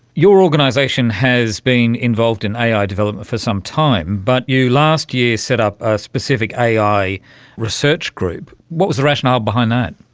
your organisation has been involved in ai development for some time, but you last year set up a specific ai research group. what was the rationale behind that?